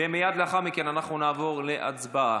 מייד לאחר מכן נעבור להצבעה.